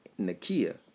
Nakia